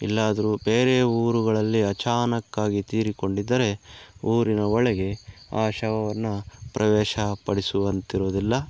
ಎಲ್ಲಾದರೂ ಬೇರೆ ಊರುಗಳಲ್ಲಿ ಅಚಾನಕ್ಕಾಗಿ ತೀರಿಕೊಂಡಿದ್ದರೆ ಊರಿನ ಒಳಗೆ ಆ ಶವವನ್ನು ಪ್ರವೇಶ ಪಡಿಸುವಂತಿರುವುದಿಲ್ಲ